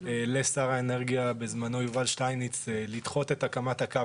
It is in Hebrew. לשר האנרגיה בזמנו יובל שטייניץ לדחות את הקמת הקו